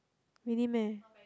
really meh